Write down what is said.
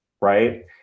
right